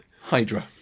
Hydra